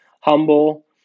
humble